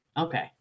Okay